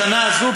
בשנה הזו,